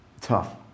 tough